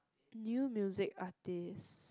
new music artist